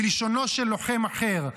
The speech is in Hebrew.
בלשונו של לוחם אחר,